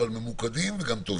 אבל ממוקדים וגם טובים.